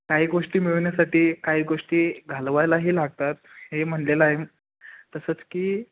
काही गोष्टी मिळवण्यासाठी काही गोष्टी घालवायलाही लागतात हे म्हणलेलं आहे तसंच की